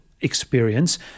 experience